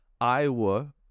Iowa